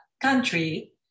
country